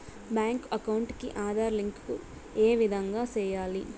Bank account కి Aadhaar link ఏ విధంగా సెయ్యాలి?